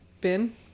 bin